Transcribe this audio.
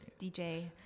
DJ